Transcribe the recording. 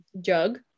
jug